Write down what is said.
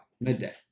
midday